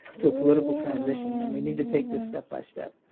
to a political transition, and we need to take this step by step.